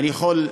אני יכול להעיד,